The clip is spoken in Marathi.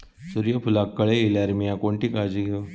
सूर्यफूलाक कळे इल्यार मीया कोणती काळजी घेव?